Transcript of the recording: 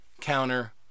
counter